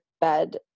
bed